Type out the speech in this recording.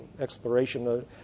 exploration